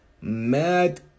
Mad